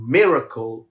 miracle